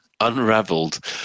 Unraveled